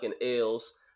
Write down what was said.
Ales